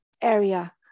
area